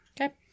Okay